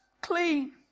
Clean